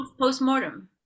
postmortem